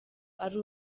ari